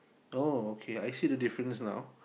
oh okay I see the difference now